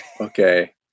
Okay